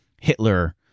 Hitler